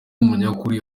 umunyakuri